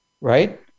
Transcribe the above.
right